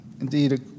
Indeed